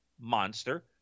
monster